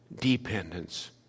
dependence